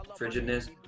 frigidness